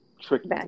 Tricky